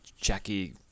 Jackie